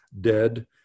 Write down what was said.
dead